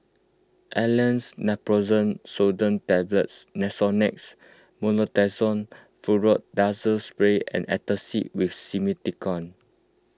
Aleve Naproxen Sodium Tablets Nasonex Mometasone Furoate Nasal Spray and Antacid with Simethicone